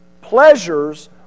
Pleasures